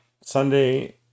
Sunday